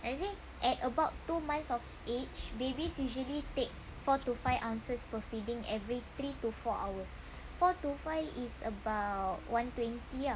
they say at about two months of age babies usually take four to five ounces per feeding every three to four hours four to five is about one twenty ah